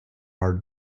are